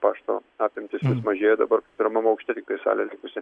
pašto apimtys mažėjo dabar pirmam aukšte tiktai salė likusi